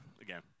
again